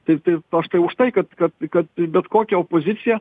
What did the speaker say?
tai tai aš tai už tai kad kad kad bet kokia opozicija